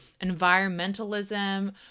environmentalism